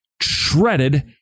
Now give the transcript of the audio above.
shredded